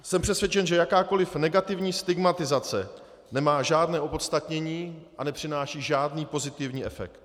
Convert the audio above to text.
Jsem přesvědčen, že jakákoli negativní stigmatizace nemá žádné opodstatnění a nepřináší žádný pozitivní efekt.